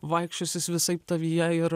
vaikščios jis visaip tavyje ir